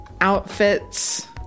outfits